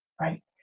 right